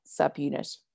subunit